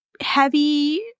heavy